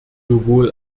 sowohl